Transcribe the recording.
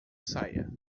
saia